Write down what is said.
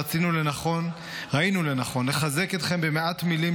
ראינו לנכון לחזק אתכם במעט מילים,